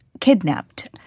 kidnapped